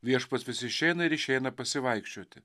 viešpats visi išeina ir išeina pasivaikščioti